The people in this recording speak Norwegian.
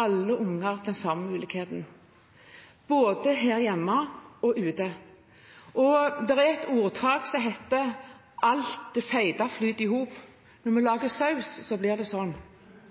alle unger de samme mulighetene, både her hjemme og ute. Det er et ordtak som heter: «Alt det feite flyt i hop.» Når vi lager saus, blir det sånn.